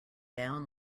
down